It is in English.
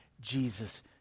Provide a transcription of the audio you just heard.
Jesus